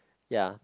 ya